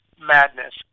madness